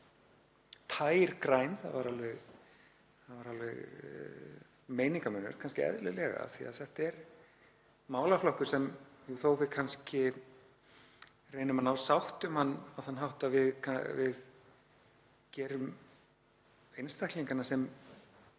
tær græn, það var alveg meiningarmunur, kannski eðlilega af því að þetta er málaflokkur sem er þannig að þótt við reynum kannski að ná sátt um hann á þann hátt að við gerum einstaklingana sem